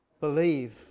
believe